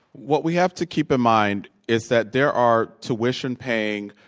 what we have to keep in mind is that there are tuition-paying,